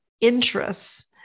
interests